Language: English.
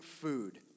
food